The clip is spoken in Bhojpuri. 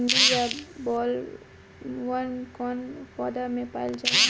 सुंडी या बॉलवर्म कौन पौधा में पाइल जाला?